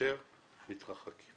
מאשר מתרחקים.